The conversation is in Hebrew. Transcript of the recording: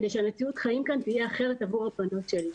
כדי שמציאות החיים תהיה אחרת עבור הבנות שלי.